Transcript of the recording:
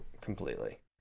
completely